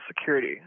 security